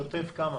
שוטף פלוס כמה?